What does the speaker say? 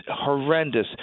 horrendous